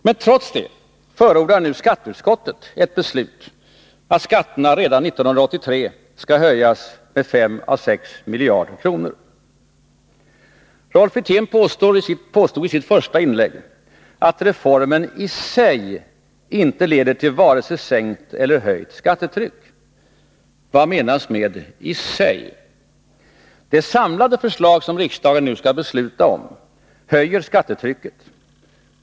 Men trots detta förordar nu skatteutskottet ett beslut att skatterna redan 1983 skall höjas med 5-6 miljarder kronor. Rolf Wirtén påstod i sitt första inlägg att reformen i sig inte leder till vare sig sänkt eller höjt skattetryck. Vad menas med ”i sig”? Det samlade förslag som riksdagen nu skall besluta om höjer skattetrycket.